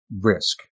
Risk